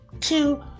two